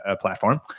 platform